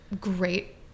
Great